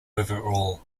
overall